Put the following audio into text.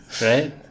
right